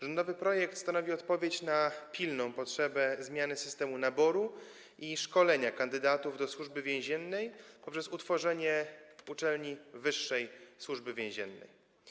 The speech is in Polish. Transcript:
Rządowy projekt stanowi odpowiedź na pilną potrzebę zmiany systemu naboru i szkolenia kandydatów do Służby Więziennej poprzez utworzenie uczelni wyższej Służby Więziennej.